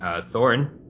Soren